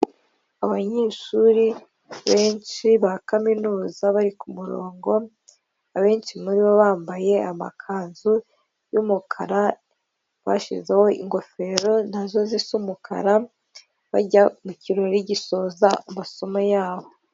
Abanyeshuri benshi ba kaminuza bari ku murongo abenshi muri bo bambaye amakanzu y'umukara bashyizeho ingofero nazo zisa umukara bajya mu kirori gisoza amasomo yabo.